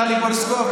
טלי פלוסקוב,